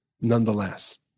nonetheless